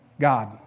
God